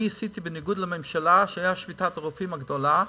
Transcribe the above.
אני עשיתי את זה בניגוד לממשלה כשהייתה שביתת הרופאים הגדולה,